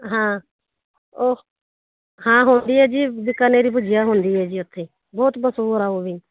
ਹਾਂ ਉਹ ਹਾਂ ਹੋ ਹੁੰਦੀ ਆ ਜੀ ਬਿਕਾਨੇਰੀ ਭੁੱਜੀਆਂ ਹੁੰਦੀ ਹੈ ਜੀ ਉੱਥੇ ਬਹੁਤ ਮਸੂਰ ਆ ਉਹ ਵੀ